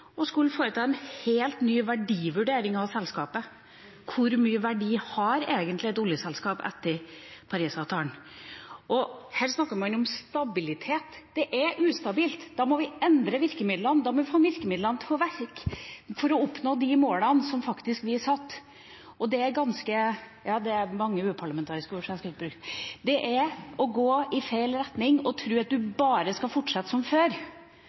skulle foreta en helt ny verdivurdering av selskapet. Hvor mye verdi har egentlig et oljeselskap etter Paris-avtalen? Her snakker man om stabilitet. Det er ustabilt, og da må vi endre virkemidlene, da må vi få virkemidlene til å virke for å oppnå de målene som vi faktisk satte, og det er – det er mange uparlamentariske ord jeg kunne brukt, men jeg skal ikke det – å gå i feil retning å tro at man bare skal fortsette som før